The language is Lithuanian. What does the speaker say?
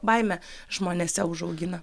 baimę žmonėse užaugina